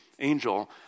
angel